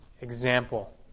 example